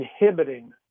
inhibiting